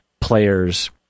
players